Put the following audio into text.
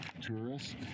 tourists